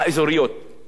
אדוני היושב-ראש,